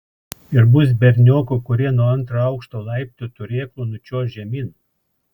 ir bus berniokų kurie nuo antro aukšto laiptų turėklų nučiuoš žemyn